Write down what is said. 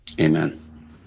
Amen